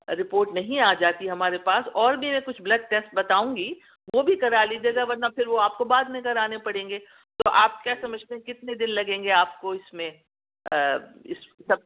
report نہیں آ جاتی ہمارے پاس اور بھی ہیں کچھ بلڈ ٹیسٹ بتاؤں گی وہ بھی کرا لیجیے گا ورنہ پھر وہ آپ کو بعد میں کرانے پڑیں گے تو آپ کیا سمجھتے ہیں کتنے دن لگیں گے آپ کو اس میں سب